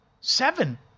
seven